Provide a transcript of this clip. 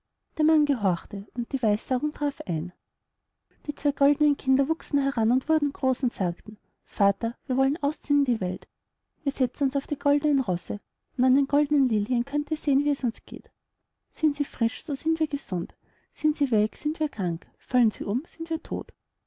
der mann gehorchte und die weissagung traf ein die zwei goldne kinder wuchsen heran und wurden groß und sagten vater wir wollen ausziehen in die welt wir setzen uns auf die goldenen rosse und an den goldenen lilien könnt ihr sehen wie es uns geht sind sie frisch so sind wir gesund sind sie welk sind wir krank fallen sie um sind wir todt